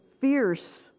fierce